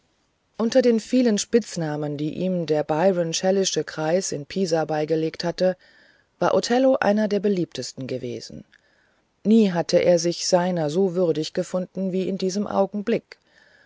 unter den vielen spitznamen die ihm der byron shelleysche kreis in pisa beigelegt hatte war othello einer der beliebtesten gewesen nie hatte er sich seiner so würdig gefunden wie in diesem augenblick